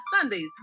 Sundays